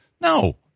no